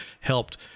helped